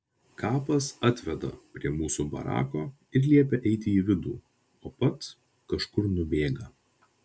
kapas atveda prie mūsų barako ir liepia eiti į vidų o pats kažkur nubėga